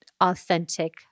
authentic